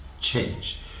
change